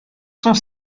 sont